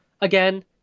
again